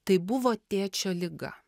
tai buvo tėčio liga